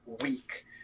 week